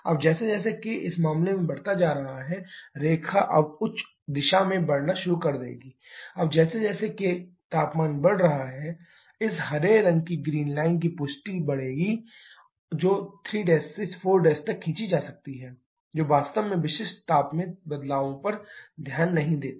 अब जैसे जैसे k इस मामले में बढ़ता जा रहा है रेखा अब उच्च दिशा में बढ़ना शुरू कर देगी अब जैसे जैसे k तापमान बढ़ रहा है इस हरे रंग की ग्रीन लाइन की पुष्टि बढ़ेगी जो 3 से 4 तक खींची जाती है जो वास्तव में विशिष्ट ताप में बदलावों पर ध्यान नहीं देती